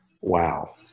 wow